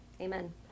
Amen